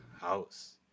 house